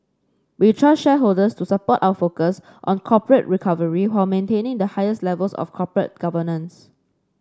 we trust shareholders will support our focus on corporate recovery while maintaining the highest levels of corporate governance